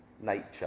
nature